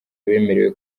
abemerewe